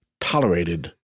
tolerated